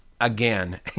again